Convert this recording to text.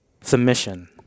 submission